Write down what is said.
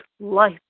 life